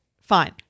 fine